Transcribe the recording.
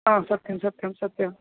आ सत्यं सत्यं सत्यम्